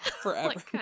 Forever